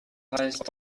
heißt